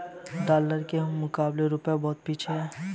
dollar के मुकाबले रूपया बहुत पीछे है